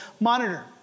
monitor